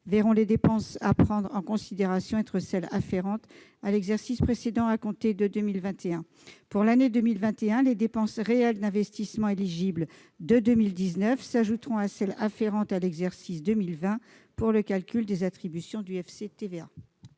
et 2019 pourraient prendre en considération les dépenses afférentes à l'exercice précédent, à compter de 2021. Ainsi, pour l'année 2021, les dépenses réelles d'investissement éligibles de 2019 s'ajouteraient à celles qui sont afférentes à l'exercice 2020 pour le calcul des attributions du FCTVA.